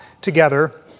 together